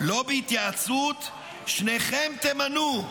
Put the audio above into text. "לא בהתייעצות, שניכם תמנו",